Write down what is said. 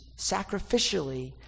sacrificially